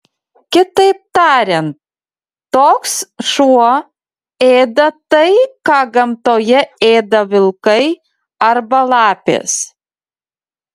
kitaip tariant toks šuo ėda tai ką gamtoje ėda vilkai arba lapės